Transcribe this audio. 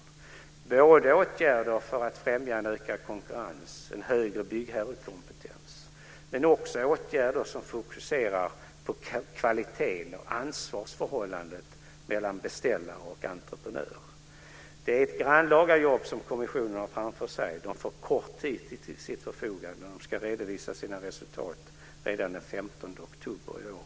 Det handlar både om åtgärder för att främja en ökad konkurrens, en högre byggherrekompetens, men också åtgärder som fokuserar på kvaliteten och ansvarsförhållandet mellan beställare och entreprenör. Det är ett grannlaga jobb som kommissionen har framför sig. Den får kort tid till sitt förfogande. Den ska redovisa sitt resultat redan den 15 oktober i år.